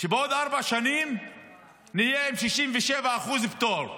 שבעוד ארבע שנים נהיה עם 67% פטור.